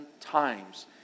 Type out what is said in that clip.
times